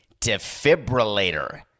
Defibrillator